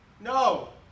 No